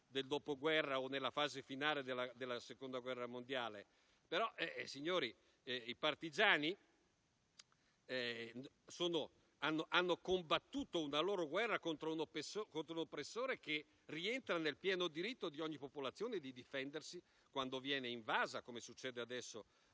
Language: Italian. del Dopoguerra o della fase finale della Seconda guerra mondiale. Signori, però i partigiani hanno combattuto una loro guerra contro l'oppressore che rientra nel pieno diritto di ogni popolazione di difendersi quando viene invasa, come succede adesso